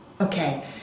Okay